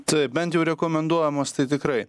taip bent jau rekomenduojamos tai tikrai